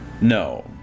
No